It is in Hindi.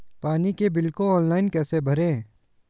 पानी के बिल को ऑनलाइन कैसे भरें?